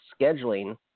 scheduling